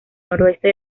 noroeste